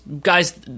guys